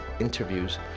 interviews